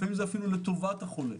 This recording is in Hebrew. לפעמים זה לטובת החולה.